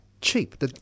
cheap